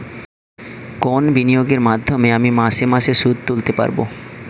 কোন বিনিয়োগের মাধ্যমে আমি মাসে মাসে সুদ তুলতে পারবো?